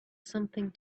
something